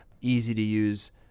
easy-to-use